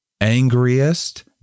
angriest